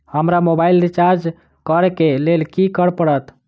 हमरा mobile recharge करऽ केँ लेल की करऽ पड़त?